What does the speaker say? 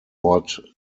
ort